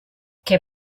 què